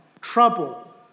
trouble